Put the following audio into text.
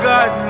God